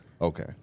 Okay